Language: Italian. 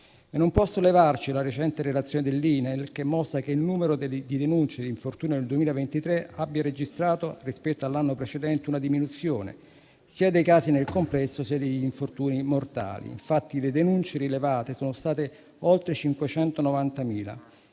Non può sollevarci la recente relazione dell'INAIL, che mostra come il numero delle denunce di infortunio nel 2023 abbia registrato, rispetto all'anno precedente, una diminuzione sia dei casi nel complesso, sia degli infortuni mortali. Infatti, le denunce rilevate sono state oltre 590.000